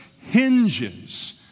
hinges